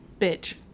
bitch